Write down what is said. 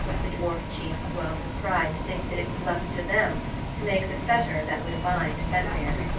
the dwarf chief swelled with pride to think that it was left to them to make the fetter that would bind fenrir.